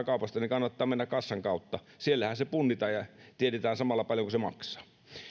kaupasta kannattaa mennä kassan kautta siellähän se punnitaan ja tiedetään samalla paljonko se maksaa